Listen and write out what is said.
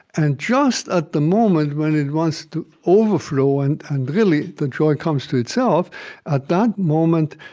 and just at the moment when it wants to overflow, and and really, the joy comes to itself at that moment,